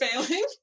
failing